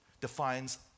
defines